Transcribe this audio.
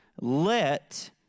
let